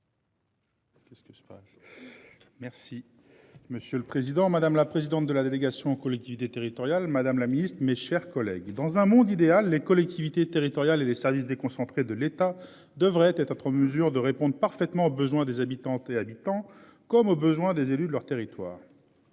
Merci monsieur. Le président, madame la présidente de la délégation aux collectivités territoriales Madame la Ministre, mes chers collègues. Dans un monde idéal, les collectivités territoriales et les services déconcentrés de l'État devrait être en mesure de répondent parfaitement aux besoins des habitantes et habitants comme aux besoins des élus de leur territoire.